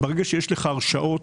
כאשר יש לך הרשאות